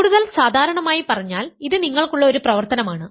കൂടുതൽ സാധാരണമായി പറഞ്ഞാൽ ഇത് നിങ്ങൾക്കുള്ള ഒരു പ്രവർത്തനമാണ്